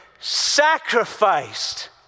sacrificed